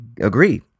agree